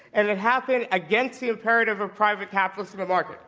and it happened against the imperative of private capitalists in the market.